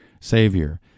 Savior